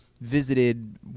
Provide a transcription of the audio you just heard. visited